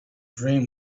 dream